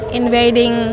invading